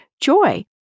joy